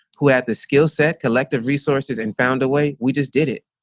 who had the skill, set collective resources and found a way we just did it?